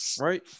right